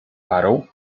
parą